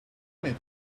made